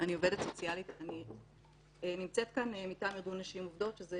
אני נמצאת כאן מטעם ארגון נשים עובדות שזו